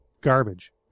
garbage